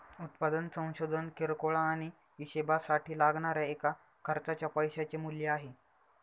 उत्पादन संशोधन किरकोळ आणि हीशेबासाठी लागणाऱ्या एका खर्चाच्या पैशाचे मूल्य आहे